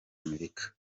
amerika